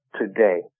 today